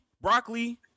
broccoli